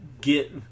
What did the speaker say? get